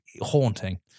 haunting